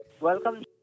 Welcome